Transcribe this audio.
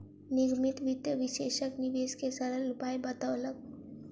निगमित वित्त विशेषज्ञ निवेश के सरल उपाय बतौलक